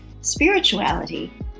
spirituality